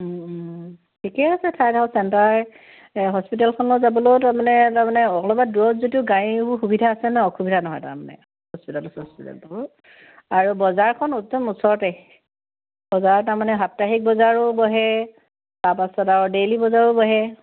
ঠিকে আছে ঠাইডোখৰ চেণ্টাৰ হস্পিটেলখনত যাবলৈও তাৰমানে তাৰমানে অলমান দূৰত যদিও গাড়ীবোৰ সুবিধা আছে নহ্ অসুবিধা নহয় তাৰমানে হস্পিটেল চস্পিটেলবোৰ আৰু বজাৰখন একদম ওচৰতে বজাৰ তাৰমানে সাপ্তাহিক বজাৰো বহে তাৰপাছত আৰু ডেইলি বজাৰো বহে